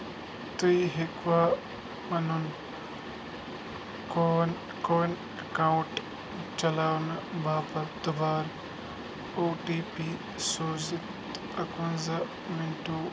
تُہۍ ہیٚکِوا پنُن کووِن اکاؤنٹ چلاونہٕ باپتھ دُبارٕ او ٹی پی سوٗزِتھ اَکہٕ وَنزاہ منٹو پتہٕ